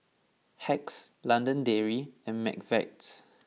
Hacks London Dairy and McVitie's